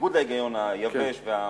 בניגוד להיגיון היבש והמיידי,